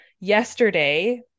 Yesterday